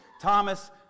Thomas